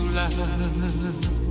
love